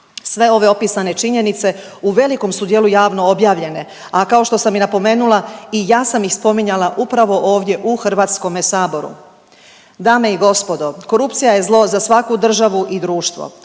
Sve ove opisane činjenice u velikom su dijelu javno objavljene, a kao što sam i napomenula i ja sam ih spominjala upravo ovdje u Hrvatskome saboru. Dame i gospodo, korupcija je zlo za svaku državu i društvo,